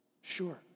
Sure